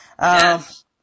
Yes